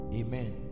amen